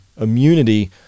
immunity